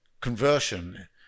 conversion